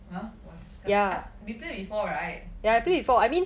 !huh! wa~ I we play before right